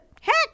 heck